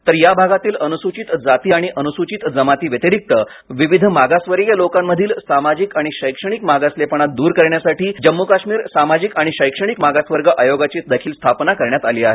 तर या भागातील अनुसूचित जाती आणि अनुसूचित जमाती व्यतिरिक्त विविध मागासवर्गीय लोकांमधील सामाजिक आणि शैक्षणिक मागासलेपणा दूर करण्यासाठी जम्मू कश्मीर सामाजिक आणि शैक्षणिक मागासवर्ग आयोगाची देखील स्थापना करण्यात आली आहे